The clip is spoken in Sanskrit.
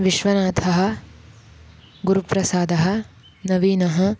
विश्वनाथः गुरुप्रसादः नवीनः